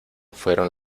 fueron